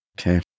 Okay